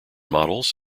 models